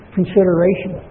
consideration